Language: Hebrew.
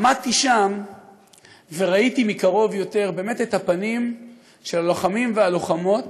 עמדתי שם וראיתי מקרוב יותר את הפנים של הלוחמים והלוחמות